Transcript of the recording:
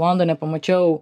londone pamačiau